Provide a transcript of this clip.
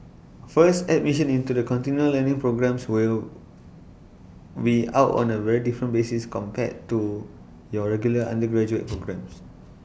first admission into the continual learning programmes will be out on A very different basis compared to your regular undergraduate programmes